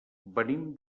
venim